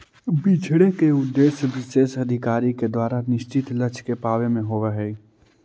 बिछड़े के उद्देश्य विशेष अधिकारी के द्वारा निश्चित लक्ष्य के पावे में होवऽ हई